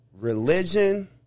religion